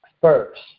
first